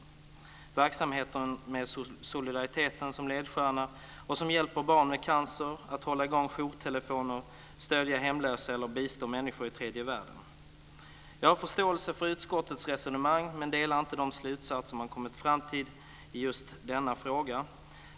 Det är verksamheter med solidariteten som ledstjärna och som hjälper barn med cancer att hålla i gång jourtelefoner, stödjer hemlösa eller bistår människor i tredje världen. Jag har förståelse för utskottets resonemang, men delar inte de slutsatser som man kommit fram i just denna fråga.